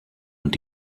und